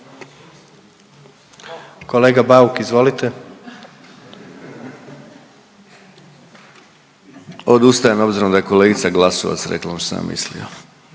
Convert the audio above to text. **Bauk, Arsen (SDP)** Odustajem obzirom da je kolegica Glasovac rekla ono što sam ja mislio.